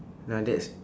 ah that's